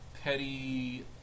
petty